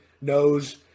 knows